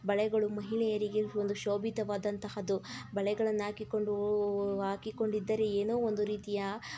ಬಳೆಗಳು ಮಹಿಳೆಯರಿಗೆ ಒಂದು ಶೋಭಿತವಾದಂಥಹದ್ದು ಬಳೆಗಳನ್ನು ಹಾಕಿಕೊಂಡು ಹಾಕಿಕೊಂಡಿದ್ದರೆ ಏನೋ ಒಂದು ರೀತಿಯ